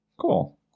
Cool